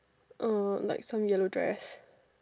uh like some yellow dress